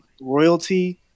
royalty